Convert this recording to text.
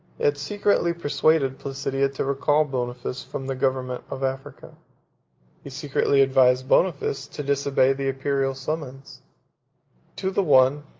had secretly persuaded placidia to recall boniface from the government of africa he secretly advised boniface to disobey the imperial summons to the one,